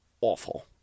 awful